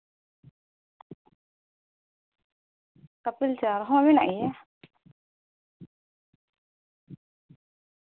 ᱠᱟᱹᱯᱤᱞ ᱪᱟᱣᱟᱨ ᱦᱚᱸ ᱢᱮᱱᱟᱜ ᱜᱮᱭᱟ